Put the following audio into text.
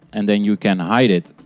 and then you can hide it.